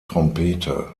trompete